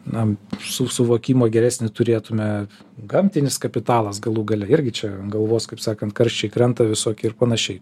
na su suvokimo geresni turėtume gamtinis kapitalas galų gale irgi čia galvos kaip sakant karščiai krenta visokie ir panašiai